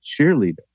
cheerleader